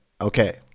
okay